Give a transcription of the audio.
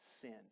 sin